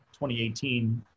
2018